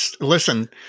listen